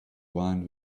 land